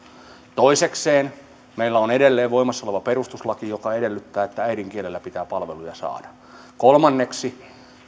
toisekseen meillä on edelleen voimassa oleva perustuslaki joka edellyttää että äidinkielellä pitää palveluja saada kolmanneksi